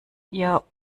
ihr